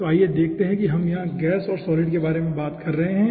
तो आइए देखते हैं कि हम यहां गैस और सॉलिड के बारे में बता रहे हैं